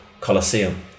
Colosseum